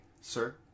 sir